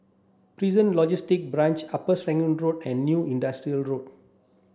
Prison Logistic Branch Upper Serangoon Road and New Industrial Road